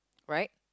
right